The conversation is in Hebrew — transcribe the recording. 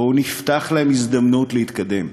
בואו נפתח להם הזדמנות להתקדם.